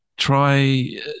Try